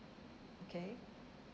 okay